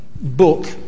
book